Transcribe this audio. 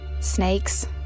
Snakes